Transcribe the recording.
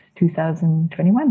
2021